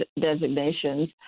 designations